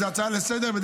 זו הצעה לסדר-היום.